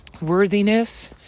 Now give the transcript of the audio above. worthiness